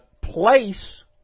place